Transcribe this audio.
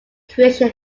creation